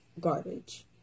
garbage